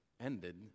ended